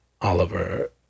Oliver